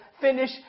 finish